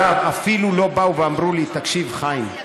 אפילו לא באו ואמרו לי: חיים,